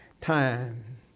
Time